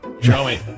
Joey